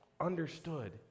understood